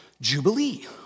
Jubilee